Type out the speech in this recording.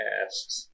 asked